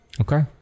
okay